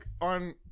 on